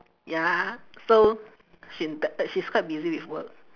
ya so she t~ she's quite busy with work